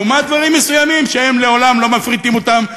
לעומת דברים מסוימים שהם לעולם לא מפריטים אותם,